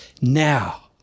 now